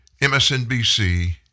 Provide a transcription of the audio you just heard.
MSNBC